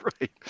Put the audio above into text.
right